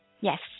Yes